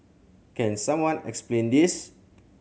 can someone explain this